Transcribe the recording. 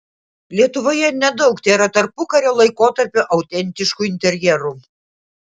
lietuvoje nedaug tėra tarpukario laikotarpio autentiškų interjerų